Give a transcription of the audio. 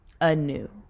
anew